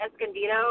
Escondido